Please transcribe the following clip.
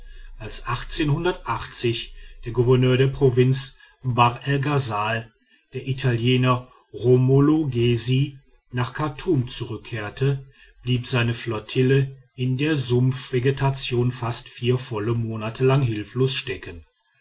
als der gouverneur der provinz bahr el ghasal der italiener romolo gessi nach chartum zurückkehrte blieb seine flottille in der sumpfvegetation fast vier volle monate lang hilflos stecken